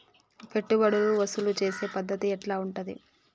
పెట్టుబడులు వసూలు చేసే పద్ధతి ఎట్లా ఉంటది?